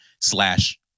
slash